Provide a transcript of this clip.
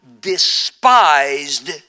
despised